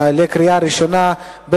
התשס"ט-2009,